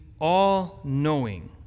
all-knowing